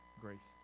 grace